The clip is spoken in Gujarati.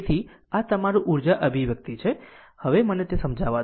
તેથી આ તમારું ઊર્જા અભિવ્યક્તિ છે હવે મને તે સમજાવા દો